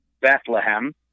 Bethlehem